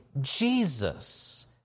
Jesus